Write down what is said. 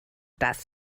das